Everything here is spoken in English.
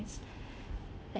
let